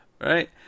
Right